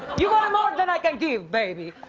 you wanna more than i can give, baby.